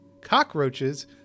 Cockroaches